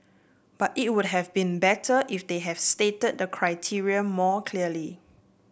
but it would have been better if they have stated the criteria more clearly